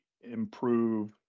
improve